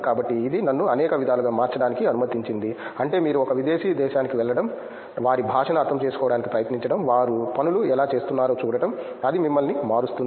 కాబట్టి ఇది నన్ను అనేక విధాలుగా మార్చడానికి అనుమతించింది అంటే మీరు ఒక విదేశీ దేశానికి వెళ్లడం వారి భాషను అర్థం చేసుకోవడానికి ప్రయత్నించడం వారు పనులు ఎలా చేస్తున్నారో చూడటం అది మిమ్మల్ని మారుస్తుంది